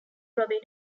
robin